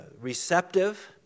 receptive